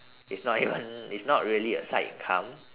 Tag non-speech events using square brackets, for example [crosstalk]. it's not [laughs] even it's not really a side income